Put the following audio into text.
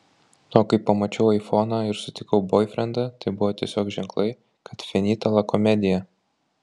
o kai pamačiau aifoną ir sutikau boifrendą tai buvo tiesiog ženklai kad finita la komedija